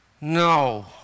No